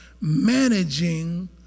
managing